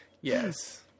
Yes